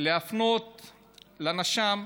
להפנות לנש"ם,